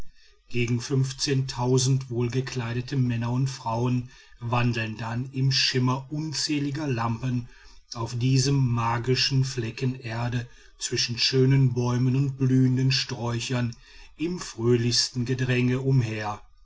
gegen fünfzehntausend wohlgekleidete männer und frauen wandeln dann im schimmer unzähliger lampen auf diesem magischen flecken erde zwischen schönen bäumen und blühenden sträuchern im fröhlichsten gedränge umher